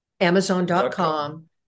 Amazon.com